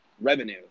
revenue